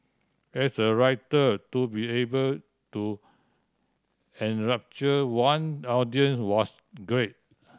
as a writer to be able to enrapture one audience was great